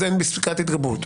אין פסקת התגברות.